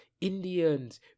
Indians